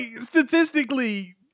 statistically